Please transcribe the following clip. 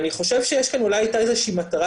ואני חושב שאולי הייתה כאן אולי איזושהי מטרה